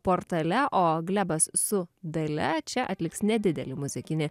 portale o glebas su dalia čia atliks nedidelį muzikinį